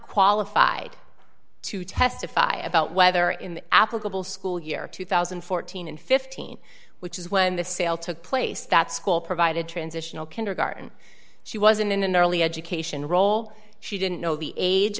qualified to testify about whether in the applicable school year two thousand and fourteen and fifteen which is when the sale took place that school provided transitional kindergarten she wasn't in an early education role she didn't know the age